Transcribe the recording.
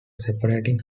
separating